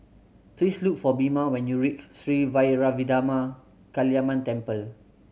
please look for Bina when you reach Sri Vairavimada Kaliamman Temple